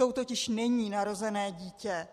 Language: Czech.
Tou totiž není narozené dítě.